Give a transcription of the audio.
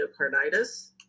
endocarditis